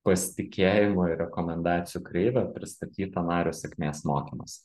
pasitikėjimo ir rekomendacijų kreivė pristatyta nario sėkmės mokymuose